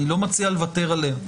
אני לא מציע לוותר עליה.